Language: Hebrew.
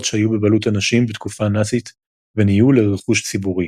שהיו בבעלות אנשים בתקופה הנאצית ונהיו לרכוש ציבורי.